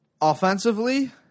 Offensively